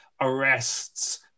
arrests